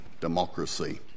democracy